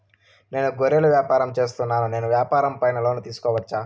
నేను గొర్రెలు వ్యాపారం సేస్తున్నాను, నేను వ్యాపారం పైన లోను తీసుకోవచ్చా?